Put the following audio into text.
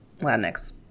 latinx